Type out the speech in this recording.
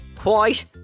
white